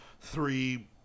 three